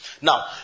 now